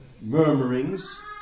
murmurings